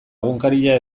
egunkaria